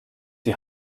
die